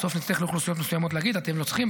בסוף נצטרך להגיד לאוכלוסיות מסוימות: אתם לא צריכים,